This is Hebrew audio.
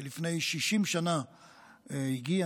שלפני 60 שנה הגיע.